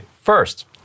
first